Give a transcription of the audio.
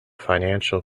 financial